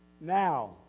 Now